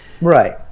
Right